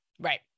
Right